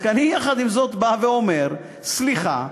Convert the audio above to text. רק אני, יחד עם זאת, בא ואומר: סליחה,